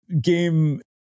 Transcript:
game